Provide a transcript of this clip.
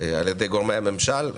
על ידי גורמי הממשלה.